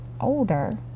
older